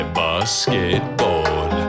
basketball